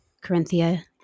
Corinthia